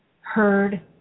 heard